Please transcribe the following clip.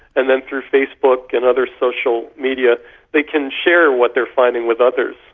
and then through facebook and other social media they can share what they are finding with others.